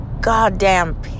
goddamn